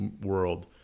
world